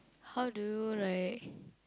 how do you like